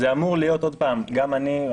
לא,